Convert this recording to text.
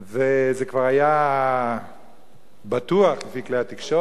וזה כבר היה בטוח לפי כלי התקשורת